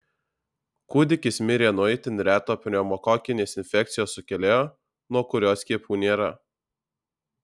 kūdikis mirė nuo itin reto pneumokokinės infekcijos sukėlėjo nuo kurio skiepų nėra